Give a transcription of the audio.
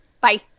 Bye